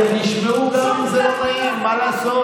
אתם תשמעו גם אם זה לא נעים, מה לעשות?